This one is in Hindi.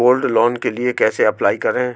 गोल्ड लोंन के लिए कैसे अप्लाई करें?